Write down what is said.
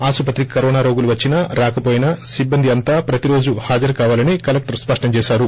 ఆసుపత్రికి కరోనా రోగులు వచ్చినా రాక పోయినా సిబ్బంది అంతా ప్రతిరోజు హాజరు కావాలని కలెక్షర్ స్పష్టంచేశారు